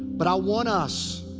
but i want us.